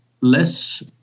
less